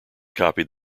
copied